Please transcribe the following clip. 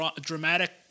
dramatic